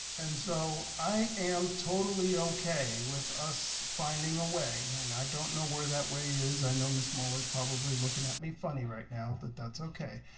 and so i am totally okay with us finding a way, and i don't know where that way is. i know ms. muller's probably looking at me funny right now but that's okay.